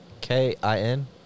K-I-N